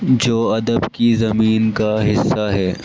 جو ادب کی زمین کا حصہ ہے